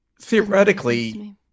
theoretically